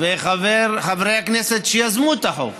וחברי הכנסת שיזמו את החוק.